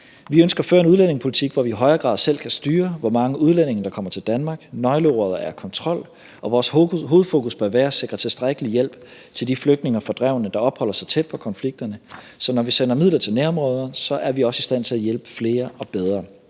Vi ønsker at føre en udlændingepolitik, hvor vi i højere grad selv kan styre, hvor mange udlændinge der kommer til Danmark. Nøgleordet er kontrol, og vores hovedfokus bør være at sikre tilstrækkelig hjælp til de flygtninge og fordrevne, der opholder sig tæt på konflikterne. Så når vi sender midler til nærområderne, er vi også i stand til at hjælpe flere og bedre.